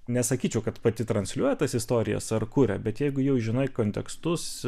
nesakyčiau kad pati transliuoja tas istorijas ar kuria bet jeigu jau žinai kontekstus